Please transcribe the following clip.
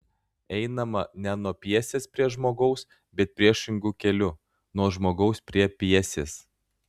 einama ne nuo pjesės prie žmogaus bet priešingu keliu nuo žmogaus prie pjesės